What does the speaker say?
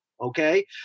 Okay